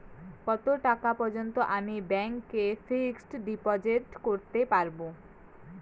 কত টাকা পর্যন্ত আমি ব্যাংক এ ফিক্সড ডিপোজিট করতে পারবো?